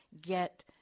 get